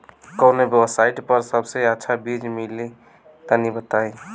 कवन वेबसाइट पर सबसे अच्छा बीज मिली तनि बताई?